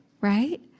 right